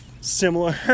similar